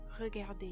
regardez